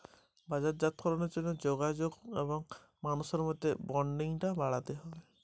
বাজারজাতকরণের জন্য বৃহৎ সংযোগ রক্ষা করা সম্ভব হবে কিভাবে?